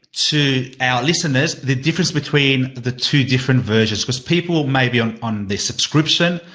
to our listeners, the difference between the two different versions because people may be on on the subscription,